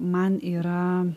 man yra